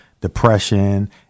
depression